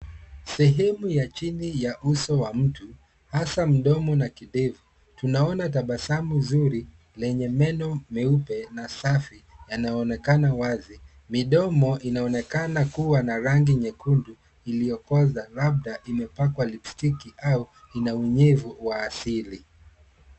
Sehemu ya chini ya uso wa mtu, hasa mdomo na kidevu. Tunaona tabasamu zuri lenye meno meupe na safi, yanayoonekana wazi. Midomo inaonekana kuwa na rangi nyekundu iliyokoza labda imepakwa lipstiki au ina unyevu wa asili.